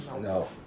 No